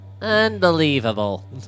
Unbelievable